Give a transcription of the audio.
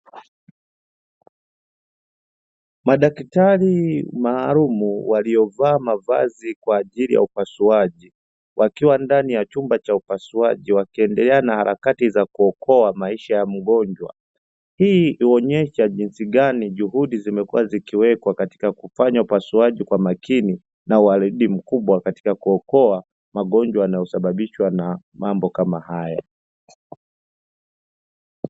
Madaktari maalumu walio vaa mavazi kwaajili ya upasuaji, wakiwa ndani ya chumba cha upasuaji wakiendelea na harakati za kuokoa maisha ya mgonjwa, hii huonyesha jinsi gani juhudi zimekuwa zikiwekwa katika kufanya upasuaji kwa makini na waledi mkubwa katika kuokoa magonjwa yanayosababishwa na mambo kama haya.